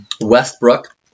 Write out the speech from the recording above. Westbrook